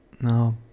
No